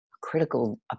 critical